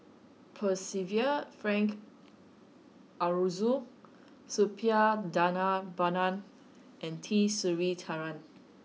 Percival Frank Aroozoo Suppiah Dhanabalan and T Sasitharan